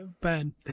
Ben